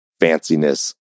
fanciness